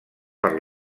per